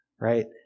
right